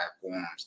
platforms